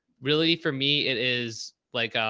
really for me, it is like,